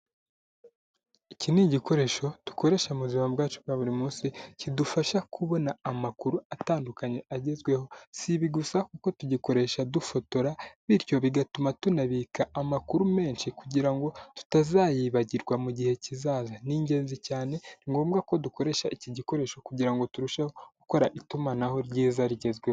Iki ni igikoresho dukoresha mu buzima bwacu bwa buri munsi kidufasha kubona amakuru atandukanye agezweho, si ibi gusa kuko tugikoresha dufotora bityo bigatuma tunabika amakuru menshi kugira ngo tutazayibagirwa mu gihe kizaza, ni ingenzi cyane, ni ngombwa ko dukoresha iki gikoresho kugirango turusheho gukora itumanaho ryiza rigezweho.